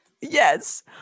Yes